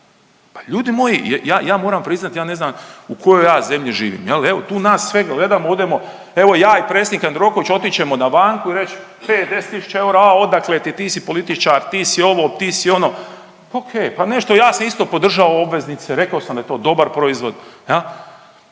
Pa ljudi moji ja moram priznati ja ne znam u kojoj ja zemlji živim? Evo tu nas sve gledam, odemo evo ja i predsjednik Jandroković otići ćemo na banku i reći 5, 10 000 eura, a odakle ti, ti si političar, ti si ovo, ti si ono. O.k. Pa nešto, ja sam isto podržao obveznice, rekao sam da je to dobar proizvod. I